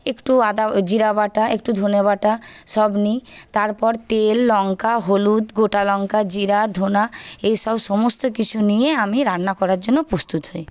একটু আদা জিরে বাটা একটু ধনে বাটা সব নিই তারপর তেল লংকা হলুদ গোটা লংকা জিরে ধনে এই সব সমস্ত কিছু নিয়ে আমি রান্না করার জন্য প্রস্তুত হই